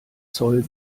zoll